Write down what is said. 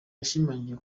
yashimangiye